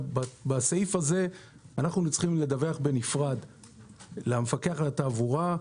בסעיף הזה אנחנו צריכים לדווח בנפרד למפקח על התעבורה,